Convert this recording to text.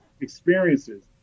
experiences